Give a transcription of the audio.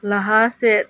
ᱞᱟᱦᱟ ᱥᱮᱫ